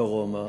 דרומה.